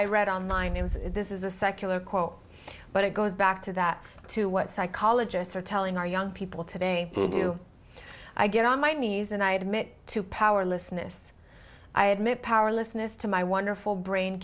i read on line it was this is a secular quote but it goes back to that to what psychologists are telling our young people today do i get on my knees and i admit to powerlessness i admit powerlessness to my wonderful brain